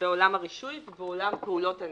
בעולם הרישוי ובעולם פעולות הנפט.